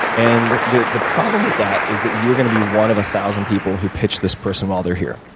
and the the problem with that is that you are going to be one of one thousand people who pitched this person while they're here.